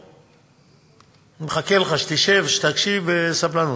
אני מחכה לך שתשב ותקשיב בסבלנות.